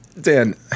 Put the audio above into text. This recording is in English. Dan